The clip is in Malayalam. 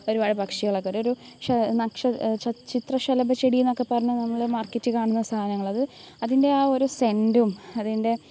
ഒരുപാട് പക്ഷികളൊക്കെ ഒരൊരു ചിത്രശലഭ ചെടി എന്നൊക്കെ പറഞ്ഞ നമ്മൾ മാർക്കറ്റിൽ കാണുന്ന സാധനങ്ങൾ അത് അതിൻ്റെ ആ ഒരു സെൻറ്റും അതിൻ്റെ